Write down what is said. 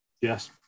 Yes